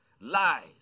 lies